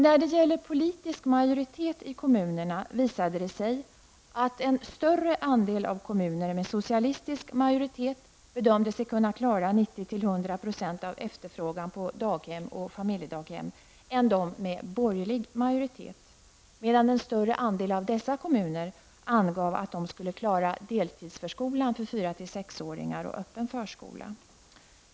När det gäller politisk majoritet i kommunerna visade det sig att en större andel av kommuner med socialistisk majoritet bedömde sig kunna klara 90-- 100 % av efterfrågan på daghem och familjdödaghem än de med borgerlig majoritet, medan en större andel av dessa kommuner angav att de skulle klara deltidsförskolan för 4--6-åringar och öppen förskola.